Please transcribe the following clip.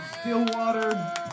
Stillwater